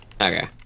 Okay